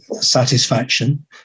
satisfaction